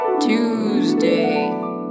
Tuesday